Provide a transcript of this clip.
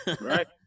right